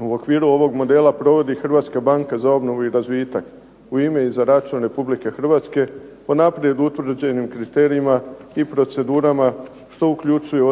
u okviru ovog modela provodi Hrvatska banka za obnovu i razvitak u ime i za račun Republike Hrvatske po naprijed utvrđenim kriterijima i procedurama što uključuju